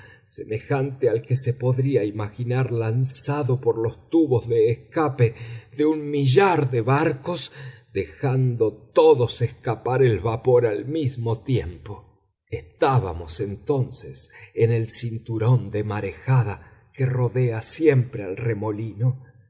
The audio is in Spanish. semejante al que se podría imaginar lanzado por los tubos de escape de un millar de barcos dejando todos escapar el vapor al mismo tiempo estábamos entonces en el cinturón de marejada que rodea siempre al remolino